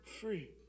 free